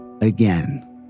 again